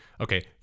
Okay